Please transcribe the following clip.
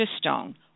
Stone